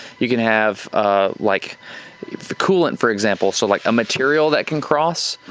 you can have ah like the coolant for example, so like a material that can cross.